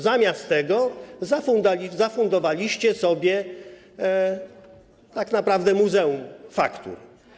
Zamiast tego zafundowaliście sobie tak naprawdę muzeum faktur.